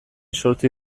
zortzi